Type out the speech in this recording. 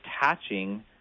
attaching